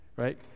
right